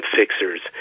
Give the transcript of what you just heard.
fixers